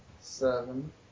Seven